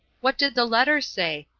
what did the letter say?